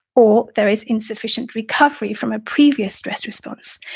or there is insufficient recovery from a previous stress response.